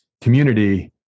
community